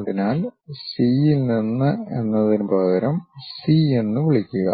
അതിനാൽ സി യിൽ നിന്ന് എന്നതിന് പകരം സി എന്ന് വിളിക്കുക